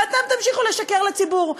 ואתם תמשיכו לשקר לציבור.